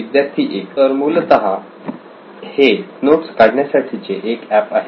विद्यार्थी 1 तर मूलतः हे नोट्स काढण्यासाठीचे एक एप आहे